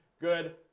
Good